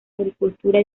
agricultura